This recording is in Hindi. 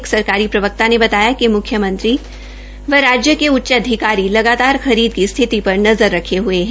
एक सरकारी प्रवक्ता ने बताया कि मुख्यमंत्री व राज्य के उच्च अधिकारी लगातार खरीद स्थिति पर नज़र रखे हये है